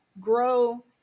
grow